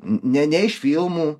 ne ne iš filmų